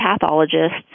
pathologists